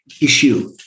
issue